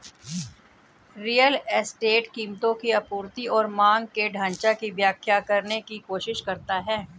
real estate कीमतों की आपूर्ति और मांग के ढाँचा की व्याख्या करने की कोशिश करता है